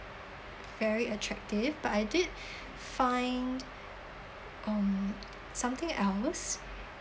very attractive but I did find um something else